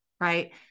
right